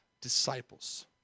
disciples